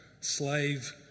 slave